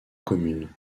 commune